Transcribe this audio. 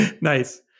Nice